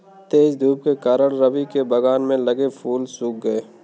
तेज धूप के कारण, रवि के बगान में लगे फूल सुख गए